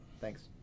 Thanks